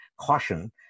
caution